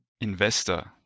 investor